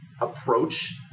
approach